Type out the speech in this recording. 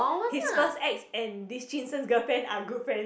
his first ex and this jun sheng girlfriend are good friend